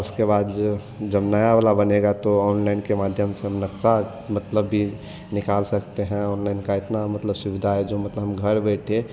उसके बाद जो जब नया वाला बनेगा तो ऑनलाइन के माध्यम से अब नक्शा मतलबी निकाल सकते हैं ऑनलाइन का इतना मतलब सुविधा है जो मतलब हम घर बैठे